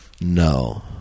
No